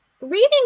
Reading